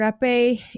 rape